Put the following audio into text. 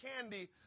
candy